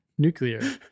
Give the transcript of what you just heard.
Nuclear